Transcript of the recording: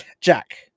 Jack